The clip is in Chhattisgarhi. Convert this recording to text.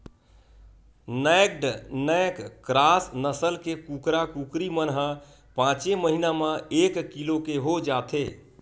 नैक्ड नैक क्रॉस नसल के कुकरा, कुकरी मन ह पाँचे महिना म एक किलो के हो जाथे